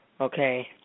okay